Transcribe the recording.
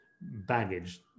baggage